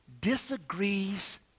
disagrees